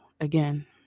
again